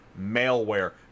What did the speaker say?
malware